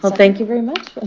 thank you very much.